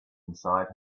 inside